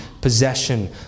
possession